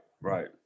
right